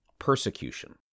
persecution